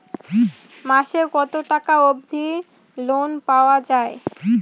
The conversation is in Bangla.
মাসে কত টাকা অবধি লোন পাওয়া য়ায়?